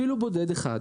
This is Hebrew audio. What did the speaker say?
אפילו בודד אחד,